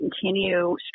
continue